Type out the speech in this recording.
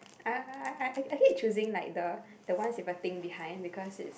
I I I I hate choosing like the the ones with a thing behind because it's